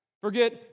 Forget